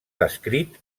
descrit